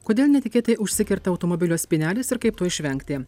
kodėl netikėtai užsikerta automobilio spynelės ir kaip to išvengti